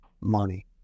money